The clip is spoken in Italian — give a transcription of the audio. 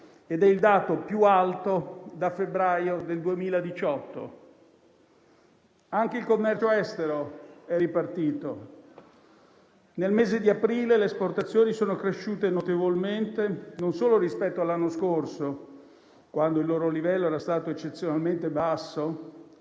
ed è il dato più alto dal febbraio 2018. Anche il commercio estero è ripartito. Nel mese di aprile, le esportazioni sono cresciute notevolmente, non solo rispetto all'anno scorso, quando il loro livello era stato eccezionalmente basso,